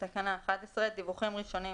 דיווחים ראשונים,